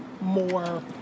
more